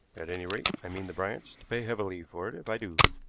at any rate, i mean the bryants to pay heavily for it if i do.